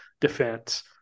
defense